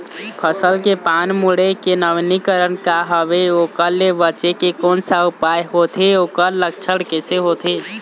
फसल के पान मुड़े के नवीनीकरण का हवे ओकर ले बचे के कोन सा उपाय होथे ओकर लक्षण कैसे होथे?